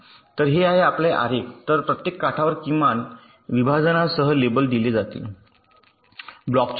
तर हे आहे आपला आलेख तर प्रत्येक काठावर किमान विभाजनासह लेबल दिले जातील ब्लॉकची संबंधित जोडी